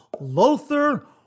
Lothar